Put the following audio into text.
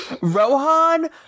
Rohan